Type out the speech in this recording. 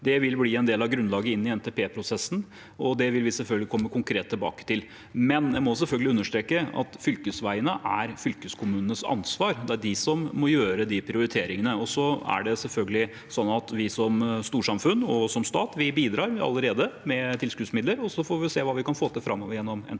Det vil bli en del av grunnlaget inn i NTP-prosessen, og det vil vi selvfølgelig komme konkret tilbake til. Men jeg må selvfølgelig understreke at fylkesveiene er fylkeskommunenes ansvar. Det er de som må gjøre de prioriteringene. Så er det selvfølgelig sånn at vi, som storsamfunn og som stat, allerede bidrar med tilskuddsmidler, og så får vi se hva vi kan få til framover i